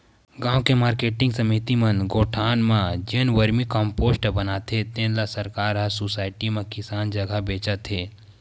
गाँव के मारकेटिंग समिति मन गोठान म जेन वरमी कम्पोस्ट बनाथे तेन ल सरकार ह सुसायटी म किसान जघा बेचत हे